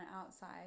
outside